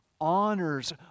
honors